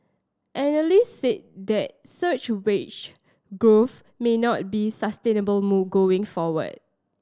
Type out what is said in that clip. analysts said that such wage growth may not be sustainable going forward